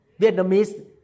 Vietnamese